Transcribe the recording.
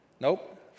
Nope